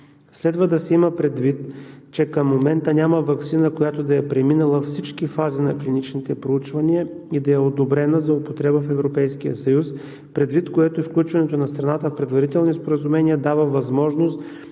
Следва да се има предвид, че към момента няма ваксина, която да е преминала всички фази на клиничните проучвания и да е одобрена за употреба в Европейския съюз, предвид което включването на страната в предварителни споразумение дава възможност